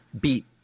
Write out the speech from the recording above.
beat